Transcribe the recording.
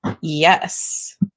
Yes